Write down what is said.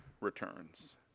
returns